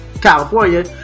California